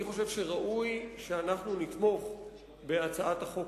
אני חושב שראוי שאנחנו נתמוך בהצעת החוק